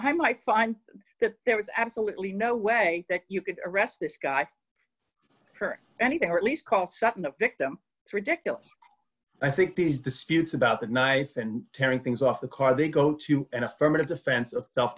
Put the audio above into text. i might find that there was absolutely no way that you could arrest this guy for anything at least call sutton a victim ridiculous i think these disputes about the knife and tearing things off the car they go to an affirmative defense of self